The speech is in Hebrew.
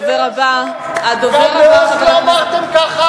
הדובר הבא, גם באוסלו אמרתם ככה?